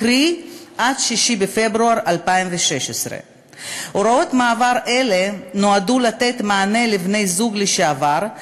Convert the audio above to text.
קרי עד 6 בפברואר 2016. הוראות מעבר אלה נועדו לתת מענה לבני-זוג לשעבר,